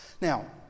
Now